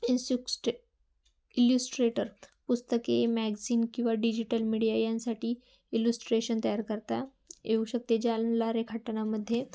इन्स्युक्स्टे illustrator पुस्तके magazine किंवा digital media यांसाठी इलुस्ट्रेशन तयार करता येऊ शकते ज्यांना रेखाटनामध्ये